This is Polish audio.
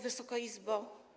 Wysoka Izbo!